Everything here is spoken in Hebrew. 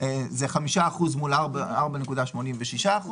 ל-5% במקום 4.86%,